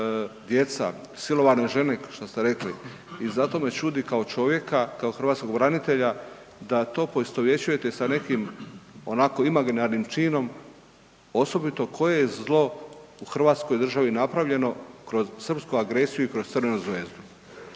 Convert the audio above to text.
djeca, silovane žene, što ste rekli i zato me čudi kao čovjeka, kao hrvatskog branitelja, da to poistovjećujete sa nekim onako, imaginarnim činom, osobito koje zlo u hrvatskoj državi napravljeno kroz srpsku agresiju i kroz crvenu zvezdu.